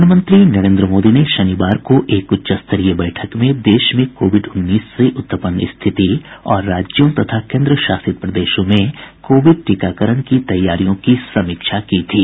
प्रधानमंत्री नरेन्द्र मोदी ने शनिवार को एक उच्चस्तरीय बैठक में देश में कोविड उन्नीस से उत्पन्न स्थिति और राज्यों तथा केन्द्र शासित प्रदेशों में कोविड टीकाकरण की तैयारियों की समीक्षा की थी